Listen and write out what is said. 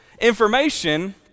information